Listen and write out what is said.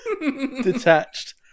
Detached